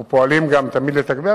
אנחנו פועלים תמיד לתגבר.